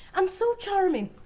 um so charming.